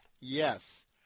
Yes